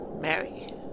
Mary